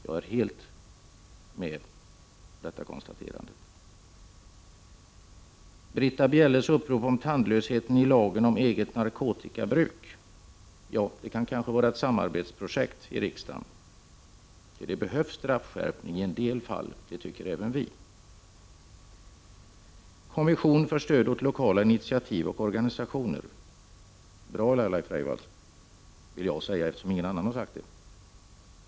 Jag är helt med om detta konstaterande. Britta Bjelles upprop om tandlösheten i lagen om eget narkotikabruk kan kanske vara ett samarbetsprojekt i riksdagen. Att det behövs straffskärpning i en del fall tycker även vi. En kommission för stöd åt lokala inititiativ och organisationer är bra, Laila Freivalds! Det vill jag säga, eftersom ingen annan har sagt det.